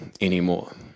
anymore